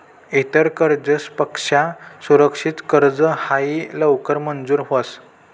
इतर कर्जसपक्सा सुरक्षित कर्ज हायी लवकर मंजूर व्हस